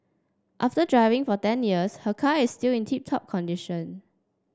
after driving for ten years her car is still in tip top condition